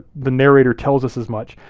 the narrator tells us as much.